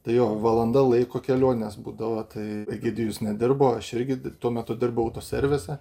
tai jo valanda laiko kelionės būdavo tai egidijus nedirbo aš irgi t tuo metu dirbau autoservise